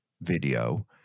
video